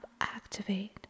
activate